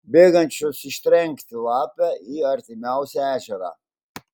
bėgančios ištrenkti lapę į artimiausią ežerą